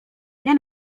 nie